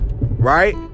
Right